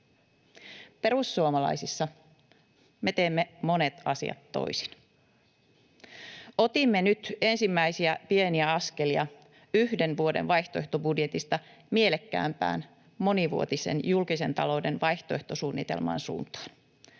Perussuomalaisissa me teemme monet asiat toisin. Otimme nyt ensimmäisiä pieniä askelia yhden vuoden vaihtoehtobudjetista mielekkäämpään, monivuotisen julkisen talouden vaihtoehtosuunnitelman suuntaan.